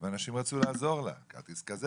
ואנשים רצו לעזור לה, כרטיס כזה